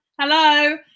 hello